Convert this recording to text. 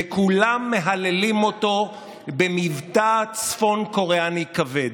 וכולם מהללים אותו במבטא צפון קוריאני כבד.